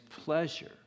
pleasure